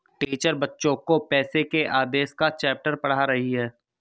teacher बच्चो को पैसे के आदेश का चैप्टर पढ़ा रही हैं